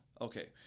Okay